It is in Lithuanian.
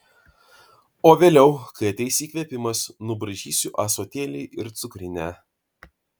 o vėliau kai ateis įkvėpimas nubraižysiu ąsotėlį ir cukrinę